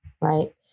right